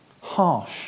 harsh